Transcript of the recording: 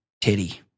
titty